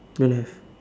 don't have